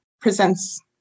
presents